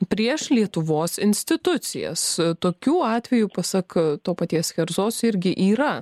prieš lietuvos institucijas tokių atvejų pasak to paties kerzos irgi yra